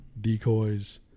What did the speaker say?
decoys